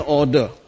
order